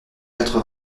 quatre